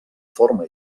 forma